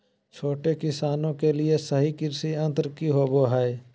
छोटे किसानों के लिए सही कृषि यंत्र कि होवय हैय?